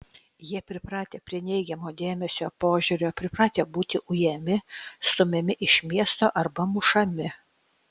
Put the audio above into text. jie pripratę prie neigiamo dėmesio požiūrio pripratę būti ujami stumiami iš miesto arba mušami